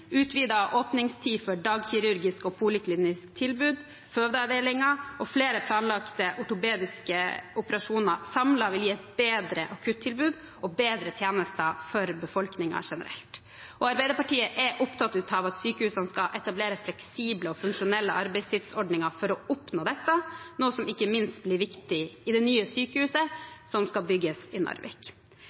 utvidet åpningstid for dagkirurgisk og poliklinisk tilbud, fødeavdelinger og flere planlagte ortopediske operasjoner, samlet vil gi et bedre akuttilbud og bedre tjenester for befolkningen generelt. Arbeiderpartiet er opptatt av at sykehusene skal etablere fleksible og funksjonelle arbeidstidsordninger for å oppnå dette, noe som ikke minst blir viktig i det nye sykehuset som skal bygges i Narvik.